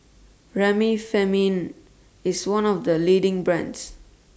Remifemin IS one of The leading brands